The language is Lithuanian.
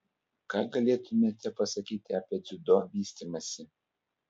ką galėtumėte pasakyti apie dziudo vystymąsi